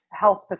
health